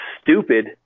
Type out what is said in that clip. stupid